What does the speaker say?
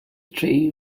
tea